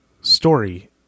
story